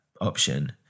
option